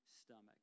stomach